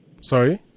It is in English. Sorry